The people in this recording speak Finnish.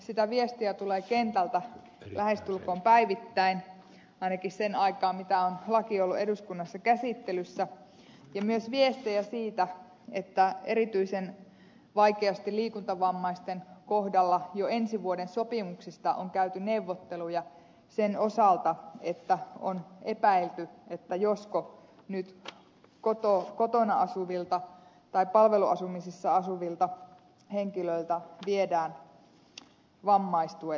sitä viestiä on tullut kentältä lähestulkoon päivittäin ainakin sen aikaa mitä on laki ollut eduskunnassa käsittelyssä ja myös viestejä siitä että erityisen vaikeasti liikuntavammaisten kohdalla jo ensi vuoden sopimuksista on käyty neuvotteluja sen osalta että on epäilty josko nyt kotona asuvilta tai palveluasumisessa asuvilta henkilöiltä viedään vammaistuet pois